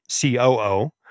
COO